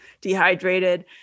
dehydrated